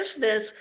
business